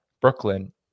Brooklyn